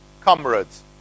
comrades